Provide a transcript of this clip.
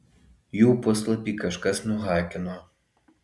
jų puslapį kažkas nuhakino